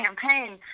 campaign